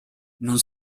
non